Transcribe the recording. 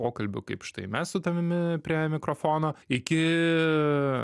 pokalbių kaip štai mes su tavimi prie mikrofono iki